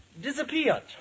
disappeared